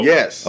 Yes